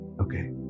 Okay